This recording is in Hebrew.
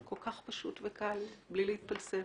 כל כך פשוט וקל, בלי להתפלסף.